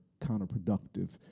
counterproductive